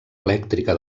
elèctrica